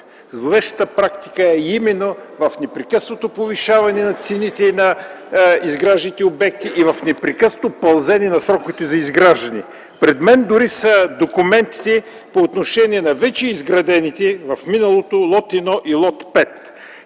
Зловещата практика е именно в непрекъснатото повишаване на цените на изгражданите обекти и в непрекъснато пълзене на сроковете за изграждане. Пред мен дори са документите по отношение на вече изградените в миналото лот 1 и лот 5.